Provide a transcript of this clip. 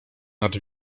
nad